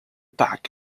back